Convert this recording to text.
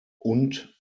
und